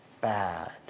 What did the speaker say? bad